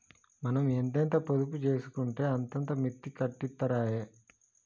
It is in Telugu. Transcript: మనం ఎంతెంత పొదుపు జేసుకుంటే అంతంత మిత్తి కట్టిత్తరాయె